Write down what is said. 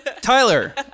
Tyler